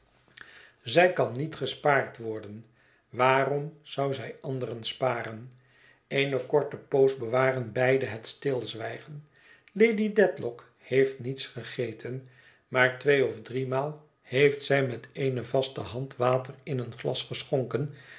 ij kan niet gespaard worden waarom zou zij anderen sparen eene korte poos bewaren beide het stilzwijgen lady dedlock heeft niets gegeten maar tweeof driemaal heeft zij met eene vaste hand water in een glas geschonken